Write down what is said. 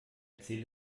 erzähl